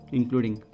Including